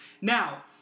Now